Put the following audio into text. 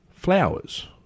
Flowers